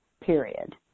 period